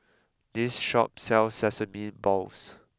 this shop sells sesame balls